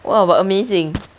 !wow! but amazing